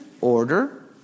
order